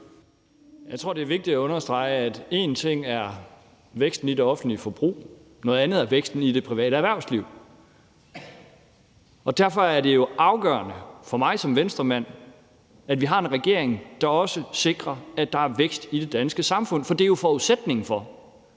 Jeg tror, det er vigtigt at understrege, at én ting er væksten i det offentlige forbrug og noget andet er væksten i det private erhvervsliv. Derfor er det jo afgørende for mig som Venstremand, at vi har en regering, der også sikrer, at der er vækst i det danske samfund, for det er jo forudsætningen for,